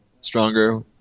stronger